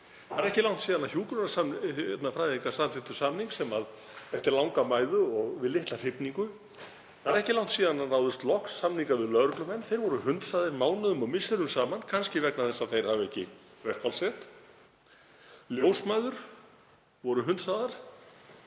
Það er ekki langt síðan hjúkrunarfræðingar samþykktu samning, eftir langa mæðu og við litla hrifningu. Það er ekki langt síðan samningar náðust loks við lögreglumenn. Þeir voru hunsaðir mánuðum og misserum saman, kannski vegna þess að þeir hafa ekki verkfallsrétt. Ljósmæður voru hunsaðar